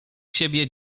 siebie